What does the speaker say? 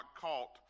caught